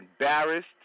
embarrassed